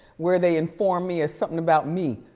where they inform me is something about me,